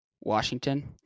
Washington